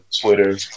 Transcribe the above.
Twitter